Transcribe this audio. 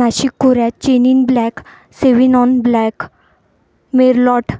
नाशिक खोऱ्यात chenin blanc, sauvignon blanc, merlot,